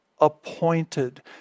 appointed